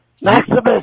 Maximus